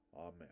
Amen